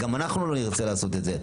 גם אנחנו לא נרצה לעשות זאת.